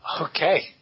Okay